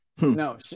No